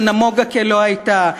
שנמוגה כלא הייתה,